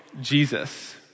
Jesus